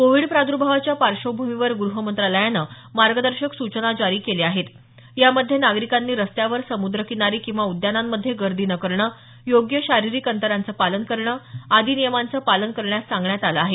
Covid प्रादुर्भावाच्या पार्श्वभूमीवर गृहमंत्रालयानं मार्गदर्शक सूचना जारी केल्या आहेत यामध्ये नागरिकांनी रस्त्यावर समुद्रकिनारी किंवा उद्यानांमध्ये गर्दी न करणं योग्य शारीरिक अंतराचं पालन करणं आदी नियमांचं पालन करण्यास सांगण्यात आलं आहे